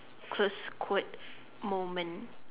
close quote moment